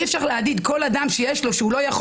אי-אפשר להגיד שכל אדם שהוא חושב שהוא לא,